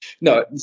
No